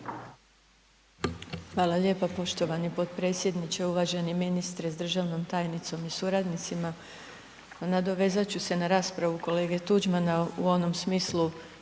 Hvala lijepo poštovani potpredsjedniče, uvaženi ministre s državnom tajnicom i suradnicima. Nadovezat ću se na raspravu kolege Tuđmana u onom smislu